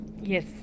Yes